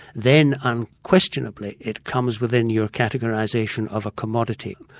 then unquestionably it comes within your categorisation of a commodity.